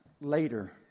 later